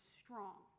strong